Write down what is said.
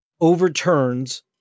overturns